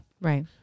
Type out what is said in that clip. Right